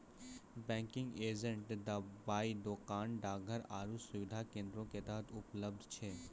banking agent दबाइ दोकान, डाकघर आरु सुविधा केन्द्रो के तरह उपलब्ध छै